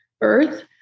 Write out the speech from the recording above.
Earth